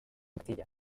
castilla